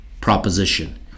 proposition